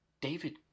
David